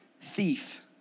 thief